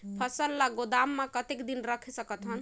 फसल ला गोदाम मां कतेक दिन रखे सकथन?